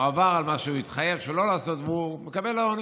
הוא עבר על מה שהוא התחייב שלא לעשות והוא מקבל עונש.